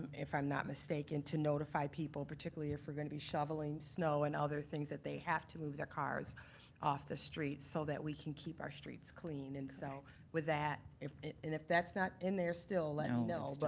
if i'm not mistaken, to notify people, particularly if we're gonna be shoveling snow and other things, that they have to move their cars off the street, so that we can keep our streets clean. and so with that, and if that's not in there still, let me know. no,